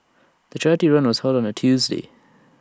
the charity run was held on A Tuesday